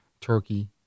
Turkey